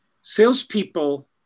salespeople